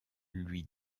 lui